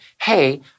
hey